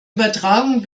übertragung